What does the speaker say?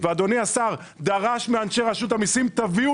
ואדוני השר דרש מאנשי רשות המיסים: תביאו